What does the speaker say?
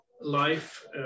life